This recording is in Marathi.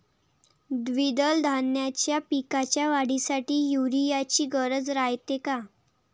द्विदल धान्याच्या पिकाच्या वाढीसाठी यूरिया ची गरज रायते का?